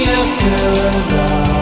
afterlife